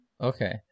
okay